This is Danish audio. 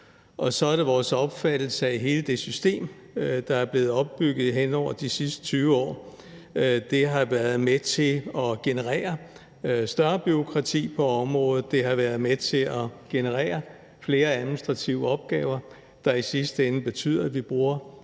og så er det vores opfattelse, at hele det system, der er blevet opbygget hen over de sidste 20 år, har været med til at generere større bureaukrati på området. Det har været med til at generere flere administrative opgaver, der i sidste ende betyder, at vi bruger